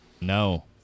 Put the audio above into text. No